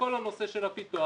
בכל הנושא של הפיתוח